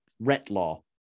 Retlaw